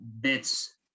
bits